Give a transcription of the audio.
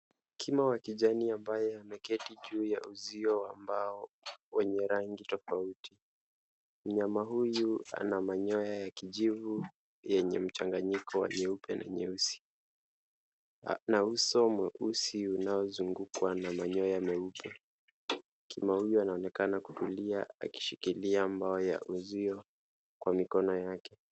Kima wa kijani ambaye ameketi juu ya uzio wa mbao wenye rangi tofauti. Mnyama huyu ana manyoya ya kijivu yenye mchanganyiko wa nyeupe na nyeusi na uso mweusi unaozungukwa na manyoya meupe. Kima huyu anaonekana kutulia akishikilia mbao ya uzio kwa mikono yake.